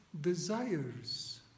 desires